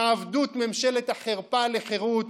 מעבדות ממשלת החרפה לחירות,